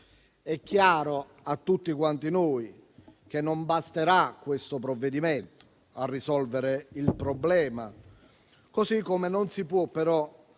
È chiaro a tutti quanti noi che non basterà questo provvedimento a risolvere il problema, così come non si può però